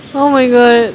oh my god